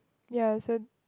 ya so